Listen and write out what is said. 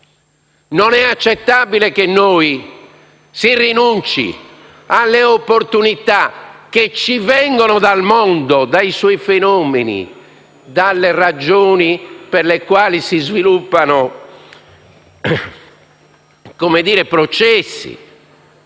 Non è accettabile che si rinunci alle opportunità che ci vengono dal mondo, dai suoi fenomeni e dalle ragioni per le quali si sviluppano processi